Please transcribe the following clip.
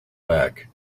back